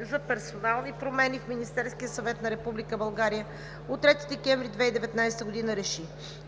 за персонални промени в Министерския съвет на Република България от 3 декември 2019 г. (ДВ, бр. 96 от 2019 г.) РЕШИ: